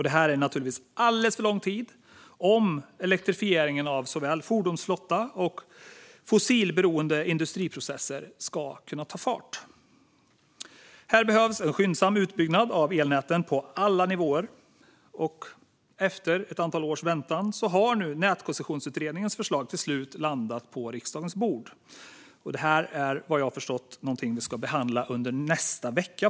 Det är alldeles för lång tid om elektrifieringen av såväl fordonsflotta som fossilberoende industriprocesser ska kunna ta fart. Det behövs en skyndsam utbyggnad av elnät på alla nivåer. Efter ett antal års väntan har nu förslaget från utredningen om nätkoncession till slut landat på riksdagens bord. Vad jag har förstått kommer vi att behandla det under nästa vecka.